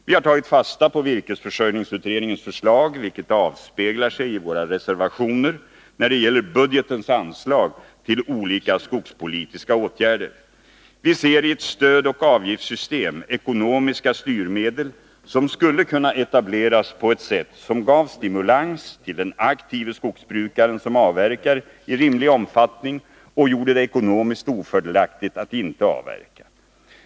Vi har tagit fasta på virkesförsörjningsutredningens förslag, vilket avspeglar sig i våra reservationer när det gäller budgetens anslag till olika skogspolitiska åtgärder. Vi ser i ett stödoch avgiftssystem ekonomiska styrmedel som skulle kunna etableras på ett sätt som ger stimulans till den aktive skogsbrukaren som avverkar i rimlig omfattning och gör det ekonomiskt ofördelaktigt att inte avverka.